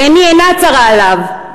ועיני אינה צרה בו,